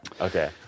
Okay